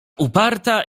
uparta